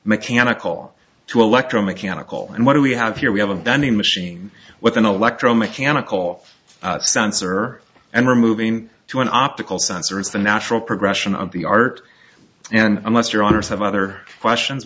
mechanical to electro mechanical and what do we have here we have a vending machine with an electro mechanical sensor and removing to an optical sensor is the natural progression of the art and unless your owners have other questions